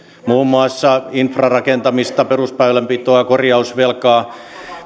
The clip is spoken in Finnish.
muun muassa infrarakentamista perusväylänpitoa on korjausvelkaa